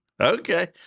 Okay